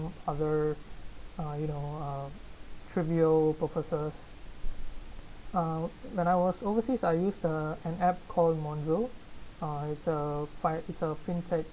other uh you know uh trivial purposes uh when I was overseas I used an app called Monzo uh it's a fi~ it's a fintech